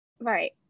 Right